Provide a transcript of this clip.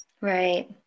right